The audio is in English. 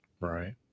Right